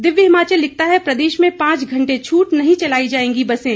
दिव्य हिमाचल लिखता है प्रदेश में पांच घंटे छूट नहीं चलाई जाएंगी बसें